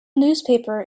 newspaper